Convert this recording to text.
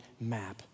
map